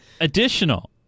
additional